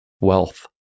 wealth